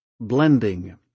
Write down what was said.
blending